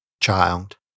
child